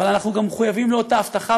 אבל אנחנו גם מחויבים לאותה הבטחה,